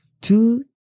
two